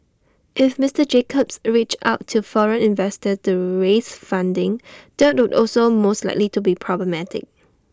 if Mister Jacobs reached out to foreign investors to raise funding that would also most likely be problematic